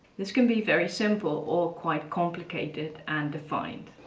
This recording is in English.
this can be very simple or quite complicated and defined.